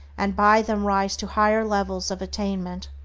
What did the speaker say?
and by them rise to higher levels of attainment.